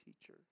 teacher